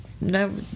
no